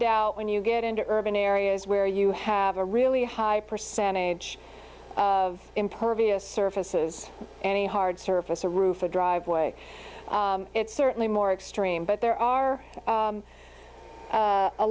doubt when you get into urban areas where you have a really high percentage of impervious surfaces and a hard surface a roof or driveway it's certainly more extreme but there are